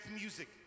music